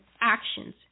actions